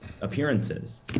appearances